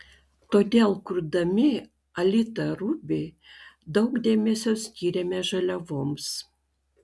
todėl kurdami alita ruby daug dėmesio skyrėme žaliavoms